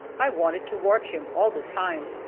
i wanted to watch him all the time,